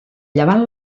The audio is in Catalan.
llevant